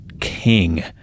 king